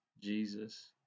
Jesus